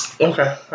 Okay